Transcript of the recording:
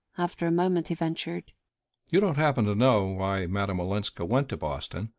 after a moment he ventured you don't happen to know why madame olenska went to boston?